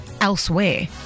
elsewhere